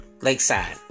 Lakeside